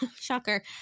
shocker